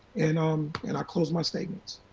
and um and i close my statements.